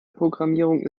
programmierung